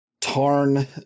Tarn